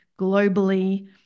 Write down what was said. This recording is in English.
globally